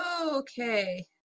Okay